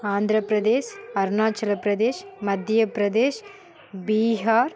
Andhra Pradesh Arunachal Pradesh Madhya Pradesh Bihar